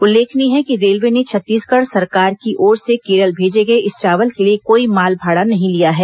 उल्लेखनीय है कि रेलवे ने छत्तीसगढ़ सरकार की ओर से केरल भेजे गए इस चावल के ॅलिए कोई माल भाड़ा नहीं लिया है